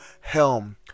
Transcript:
helm